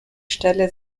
stelle